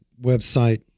website